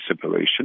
separation